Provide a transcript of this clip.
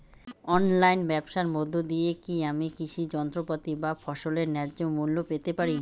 অনলাইনে ব্যাবসার মধ্য দিয়ে কী আমি কৃষি যন্ত্রপাতি বা ফসলের ন্যায্য মূল্য পেতে পারি?